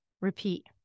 repeat